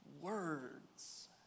words